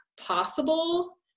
possible